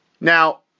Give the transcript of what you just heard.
Now